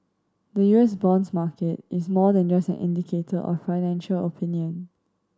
the U S bonds market is more than just an indicator of financial opinion